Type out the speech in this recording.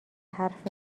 حرف